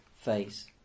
face